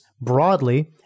broadly